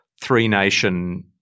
three-nation